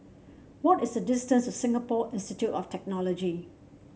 what is the distance to Singapore Institute of Technology